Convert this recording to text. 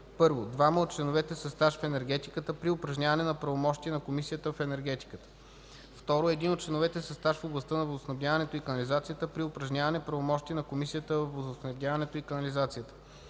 1. двама от членовете със стаж в енергетиката – при упражняване правомощия на комисията в енергетиката; 2. един от членовете със стаж в областта на водоснабдяването и канализацията – при упражняване правомощия на комисията във водоснабдяването и канализацията.